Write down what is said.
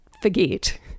forget